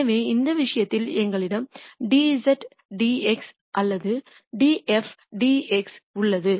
எனவே இந்த விஷயத்தில் எங்களிடம் dz dx அல்லது df dx உள்ளது